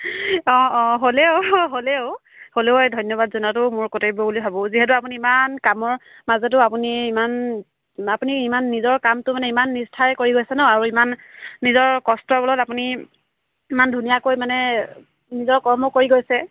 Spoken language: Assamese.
অঁ অঁ হ'লেও হ'লেও হ'লেও ধন্যবাদ জনোৱাটো মোৰ কৰ্তব্য় বুলি ভাবোঁ যিহেতু আপুনি ইমান কামৰ মাজতো আপুনি ইমান আপুনি ইমান নিজৰ কামটো মানে ইমান নিষ্ঠাৰে কৰি গৈছে নহ্ আৰু ইমান নিজৰ কষ্টৰ বলত আপুনি ইমান ধুনীয়াকৈ মানে নিজৰ কৰ্ম কৰি গৈছে